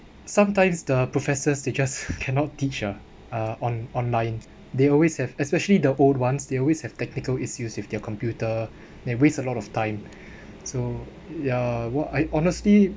sometimes the professors they just cannot teach ah uh on online they always have especially the old ones they always have technical issues with their computer and waste a lot of time so ya what I honestly